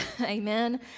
amen